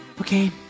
Okay